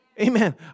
Amen